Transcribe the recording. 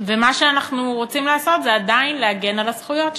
ומה שאנחנו רוצים לעשות זה עדיין להגן על הזכויות שלהן.